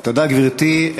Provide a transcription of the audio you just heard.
תודה, גברתי.